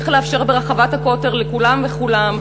צריך לאפשר ברחבת הכותל, לכולן ולכולם.